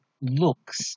Looks